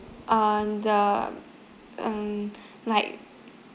um the um like